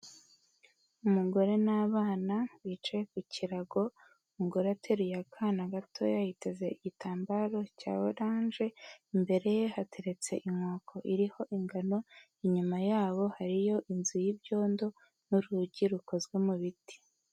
Umugore n'abana bicaye ku kirago, umugore ateruye akana gatoya, yiteze igitambaro cya oranje, imbere ye hateretse inkoko iriho ingano, inyuma yabo, hariyo inzu y'ibyondo n'urugi rukozwe mu biti.